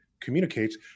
communicates